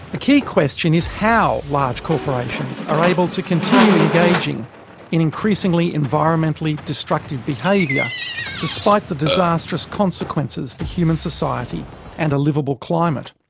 a key question is how large corporations are able to continue engaging in increasingly environmentally destructive behaviour despite the disastrous consequences for human society and a livable climate?